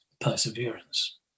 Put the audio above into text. perseverance